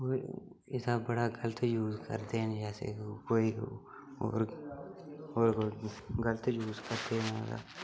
ब इसदा बड़ा गल्त यूज करदे न जैसे कोई होर होए होए ग़लत यूज करदे न ते